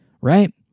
Right